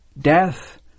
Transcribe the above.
death